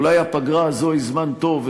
אולי הפגרה הזאת היא זמן טוב,